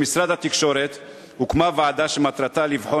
במשרד התקשורת הוקמה ועדה שמטרתה לבחון